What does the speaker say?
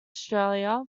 australia